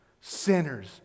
sinners